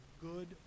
good